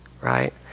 right